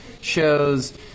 shows